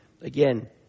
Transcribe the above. again